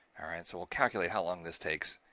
all right, so we'll calculate how long this takes